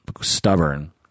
stubborn